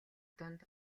дунд